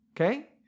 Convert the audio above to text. Okay